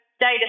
data